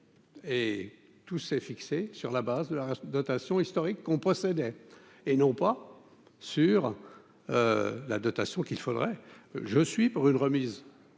Et tout s'est fixé sur la base de la dotation historique ont procédé et non pas sur la dotation qu'il faudrait, je suis pour une remise